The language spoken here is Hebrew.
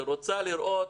שרוצה לראות